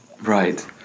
Right